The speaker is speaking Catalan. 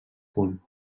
punt